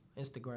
Instagram